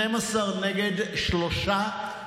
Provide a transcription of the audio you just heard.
12 נגד שלושה,